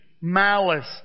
malice